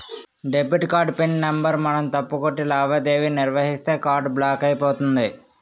debit card pin number మనం తప్పు కొట్టి లావాదేవీ నిర్వహిస్తే కార్డు బ్లాక్ అయిపోతుంది